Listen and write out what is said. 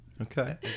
Okay